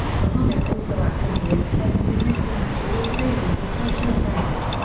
the monarch also actively extends his influence to all phases of social affairs.